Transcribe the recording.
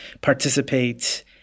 participate